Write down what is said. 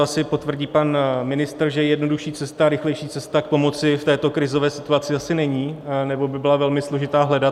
Asi to potvrdí pan ministr, že jednodušší cesta, rychlejší cesta k pomoci v této krizové situaci asi není, nebo bylo velmi složité ji hledat.